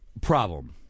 problem